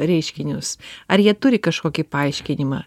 reiškinius ar jie turi kažkokį paaiškinimą